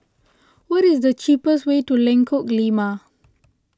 what is the cheapest way to Lengkok Lima